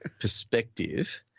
perspective